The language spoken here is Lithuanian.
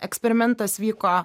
eksperimentas vyko